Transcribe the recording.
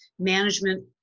management